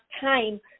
time